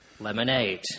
lemonade